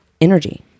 energy